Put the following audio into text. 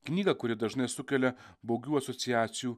knygą kuri dažnai sukelia baugių asociacijų